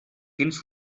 fins